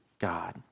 God